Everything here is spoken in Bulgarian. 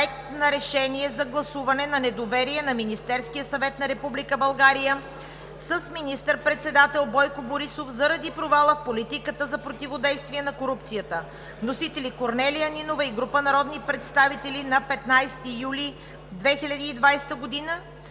на решение за гласуване на недоверие на Министерския съвет на Република България с министър-председател Бойко Борисов заради провала в политиката за противодействие на корупцията. Вносители – Корнелия Нинова и група народни представители на 15 юли 2020 г.“